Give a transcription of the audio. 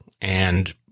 And-